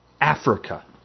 Africa